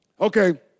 okay